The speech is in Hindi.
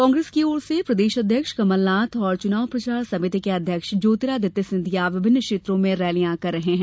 कांग्रेस की ओर से प्रदेश अध्यक्ष कमलनाथ और चुनाव प्रचार समिति के अध्यक्ष ज्योतिरादित्य सिंधिया विभिन्न क्षेत्रों में रैलियां कर रहे हैं